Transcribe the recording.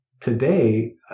Today